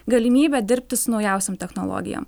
galimybė dirbti su naujausiom technologijom